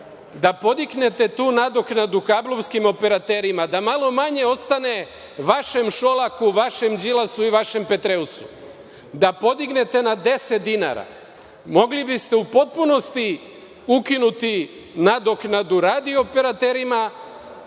podignete tu nadoknadu kablovskim operaterima, da malo manje ostane vašem Šolaku, vašem Đilasu i vašem Petreusu, da podignete na 10 dinara mogli biste u potpunosti ukinuti nadoknadu radio operaterima,